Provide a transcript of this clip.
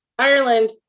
Ireland